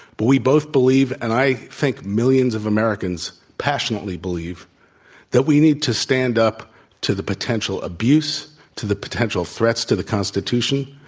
but we both believe, and i think millions of americans passionately believe that we need to stand up to the potential abuse, to the potential threats to the constitution,